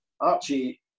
Archie